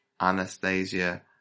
Anastasia